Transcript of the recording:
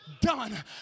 done